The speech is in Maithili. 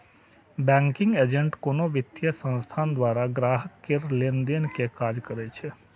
बैंकिंग एजेंट कोनो वित्तीय संस्थान द्वारा ग्राहक केर लेनदेन के काज करै छै